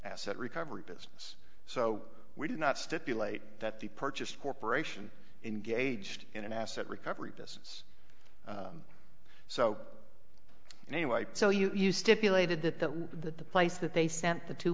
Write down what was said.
asset recovery business so we did not stipulate that the purchased corporation engaged in an asset recovery business so anyway so you stipulated that that was the place that they sent the two